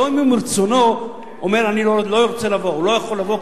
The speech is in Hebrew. לא אם הוא מרצונו אומר: אני לא רוצה לבוא או לא יכול לבוא,